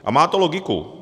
A má to logiku.